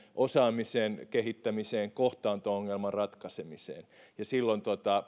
osaamisen kehittämiseen kohtaanto ongelman ratkaisemiseen ja silloin